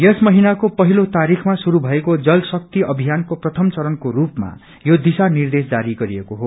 यस महिनलाको पहिलो तारीखमा शुरू भएको जल शक्ति अभियानको प्रथम चरणको रूपमा यो दिशा निर्देश जारी गरिएको हो